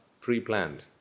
pre-planned